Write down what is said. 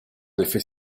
effet